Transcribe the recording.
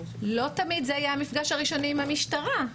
לא תמיד זה יהיה המפגש הראשוני עם המשטרה.